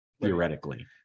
theoretically